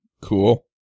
Cool